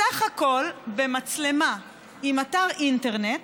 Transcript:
בסך הכול במצלמה עם אתר אינטרנט,